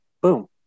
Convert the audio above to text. boom